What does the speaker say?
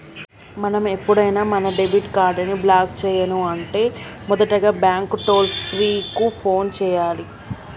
మనం ఎప్పుడైనా మన డెబిట్ కార్డ్ ని బ్లాక్ చేయను అంటే మొదటగా బ్యాంకు టోల్ ఫ్రీ కు ఫోన్ చేయాలి